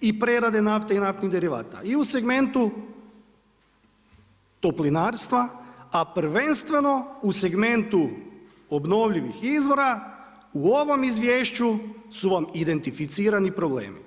i prerade nafte i naftnih derivata, i u segmentu toplinarstva a prvenstveno u segmentu obnovljivih izvora, u ovom izvješću su vam identificirani problemi.